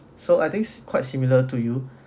so I think s~ quite similar to you